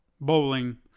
Bowling